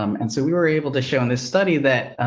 um and so we were able to show and this study that,